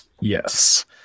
Yes